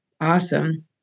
Awesome